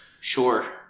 sure